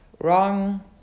wrong